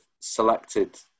selected